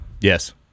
Yes